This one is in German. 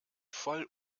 voll